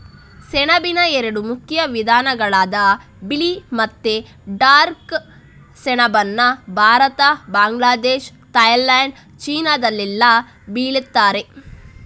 ಸೆಣಬಿನ ಎರಡು ಮುಖ್ಯ ವಿಧಗಳಾದ ಬಿಳಿ ಮತ್ತೆ ಡಾರ್ಕ್ ಸೆಣಬನ್ನ ಭಾರತ, ಬಾಂಗ್ಲಾದೇಶ, ಥೈಲ್ಯಾಂಡ್, ಚೀನಾದಲ್ಲೆಲ್ಲ ಬೆಳೀತಾರೆ